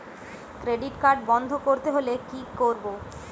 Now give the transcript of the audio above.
Credit card বন্ধ করতে হলে কি করব?